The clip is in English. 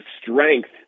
strength